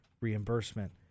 reimbursement